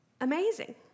amazing